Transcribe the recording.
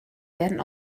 werden